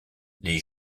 les